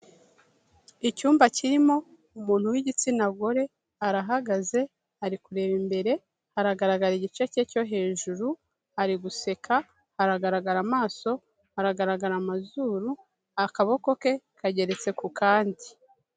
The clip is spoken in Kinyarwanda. Icyumba kirimo umuntu w'igitsina gore, arahagaze ari kureba imbere, aragaragara igice cye cyo hejuru, ari guseka, aragaragara amaso, agaragara amazuru, akaboko ke kageretse ku kandi.